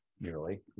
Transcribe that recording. nearly